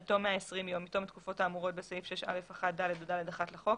עד תום 120 יום מתום התקופות האמורות בסעיף 6א1(ד) או (ד1) לחוק,